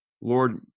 lord